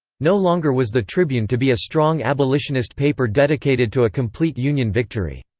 no longer was the tribune to be a strong abolitionist paper dedicated to a complete union victory.